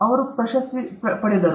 ಅವರು ನೊಬೆಲ್ ಪ್ರಶಸ್ತಿ ಪಡೆದರು